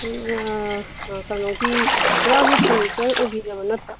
ꯀꯩꯅꯣꯒꯤ ꯋꯥꯒꯤ ꯐꯔꯅꯤꯆꯔ ꯑꯣꯏꯕꯤꯔꯕ ꯅꯠꯇ꯭ꯔꯣ